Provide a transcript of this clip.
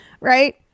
Right